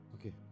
Okay